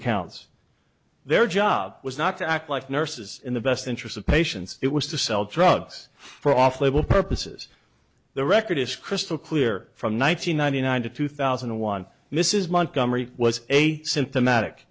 accounts their job was not to act like nurses in the best interest of patients it was to sell drugs for off label purposes the record is crystal clear from one nine hundred ninety nine to two thousand and one mrs montgomery was a symptomatic